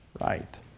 Right